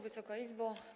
Wysoka Izbo!